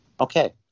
Okay